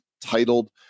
titled